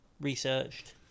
researched